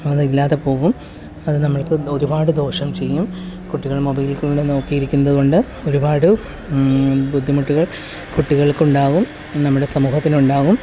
അതില്ലാതെ പോകും അത് നമ്മൾക്ക് ഒരുപാട് ദോഷംചെയ്യും കുട്ടികൾ മൊബൈലിൽ കൂടെ നോക്കിയിരിക്കുന്നതുകൊണ്ട് ഒരുപാട് ബുദ്ധിമുട്ടുകൾ കുട്ടികൾക്കുണ്ടാകും നമ്മുടെ സമൂഹത്തിനുണ്ടാകും